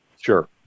Sure